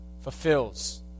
fulfills